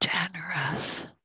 generous